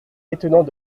étonnant